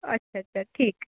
अच्च्छा ठीक